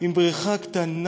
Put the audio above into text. עם בריכה קטנה,